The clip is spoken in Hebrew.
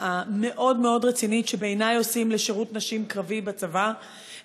המאוד-מאוד רצינית בעיני שעושים לשירות נשים קרבי בצבא,